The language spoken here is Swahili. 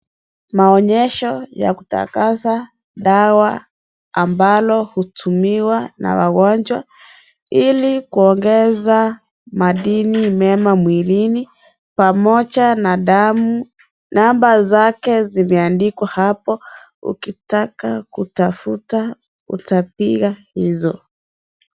Maonyesho ya kutangaza dawa ambalo hutumiwa na wagonjwa Ili kuongeza madini mema mwilini pamoja na damu. Namba zake zimeandikwa hapo ukitaka kutafuta utapiga hizo.